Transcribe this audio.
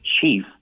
chief